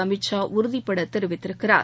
அமித் ஷா உறுதிபடத் தெரிவித்திருக்கிறார்